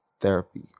therapy